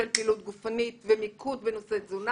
של פעילות גופנית ומיקוד בנושא תזונה.